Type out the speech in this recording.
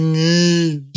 need